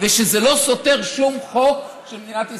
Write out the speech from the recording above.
ושזה לא סותר שום חוק של מדינת ישראל,